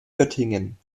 göttingen